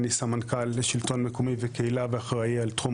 אני סמנכ"ל שלטון מקומי וקהילה ואחראי על תחום